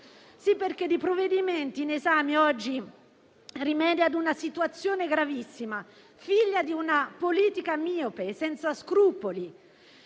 Sì, perché il provvedimento in esame oggi rimedia ad una situazione gravissima, figlia di una politica miope e senza scrupoli,